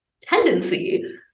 tendency